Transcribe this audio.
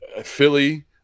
philly